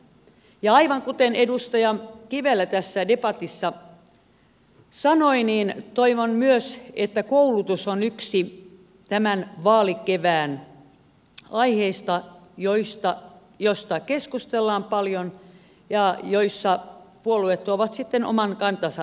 ja aivan kuten edustaja kiveläkin tässä debatissa sanoi myös minä toivon että koulutus on yksi tämän vaalikevään aiheista joista keskustellaan paljon ja joissa puolueet tuovat sitten oman kantansa esiin